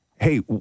hey